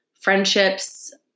friendships